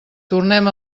tornem